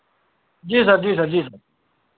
जी sir जी sir जी sir